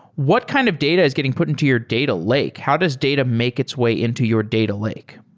what kind of data is getting put into your data lake? how does data make its way into your data lake?